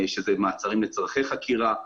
שאלה מעצרים לצורכי חקירה,